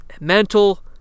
mental